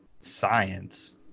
science